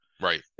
right